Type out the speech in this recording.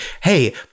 hey